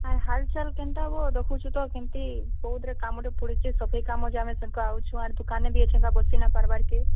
ଆର୍ ହାଲ୍ ଚାଲ୍ କେନ୍ତା ଗୋ ଦେଖୁଛୁ ତ କେମତି ବୌଦ୍ଧରେ କାମ ଟେ ପଡ଼ିଛି ସଫେଇ କାମ ଯେ ଆମେ ସେନକ୍ ଆଉଛୁ ଆର୍ ଦୁକାନେ ବି ଏକ୍ ଶଙ୍କା ବସି ନା ପାରବାର୍ କେ